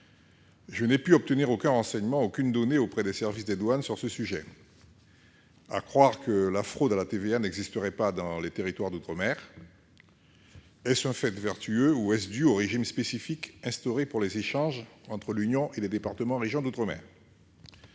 Je n'ai pu obtenir aucun renseignement ni aucune donnée auprès des services des douanes sur ce sujet. Il faut croire que la fraude à la TVA n'existe pas dans les territoires d'outre-mer ! Est-ce un fait vertueux ou est-ce dû aux régimes spécifiques instaurés pour les échanges entre l'Union européenne et les DROM ?